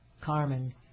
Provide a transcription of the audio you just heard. Carmen